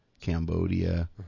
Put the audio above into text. Cambodia